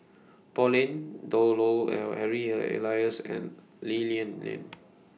Pauline Dawn Loh L Harry Elias and Lee Lian Lian